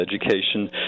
education